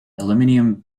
aluminium